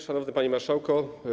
Szanowny Panie Marszałku!